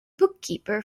bookkeeper